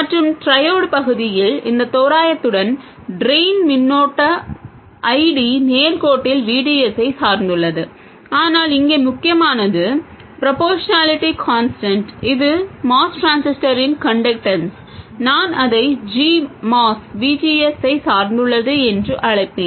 மற்றும் ட்ரையோட் பகுதியில் இந்த தோராயத்துடன் ட்ரெய்ன் மின்னோட்ட I D நேர்கோட்டில் VDS ஐ சார்ந்துள்ளது ஆனால் இங்கேமுக்கியமானது ப்ரொபோஷனாலிட்டி கான்ஸ்டன்ட் இது MOS டிரான்சிஸ்டரின் கன்டக்டன்ஸ் நான் அதை Gmos V G S ஐ சார்ந்துள்ளது என்று அழைப்பேன்